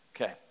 Okay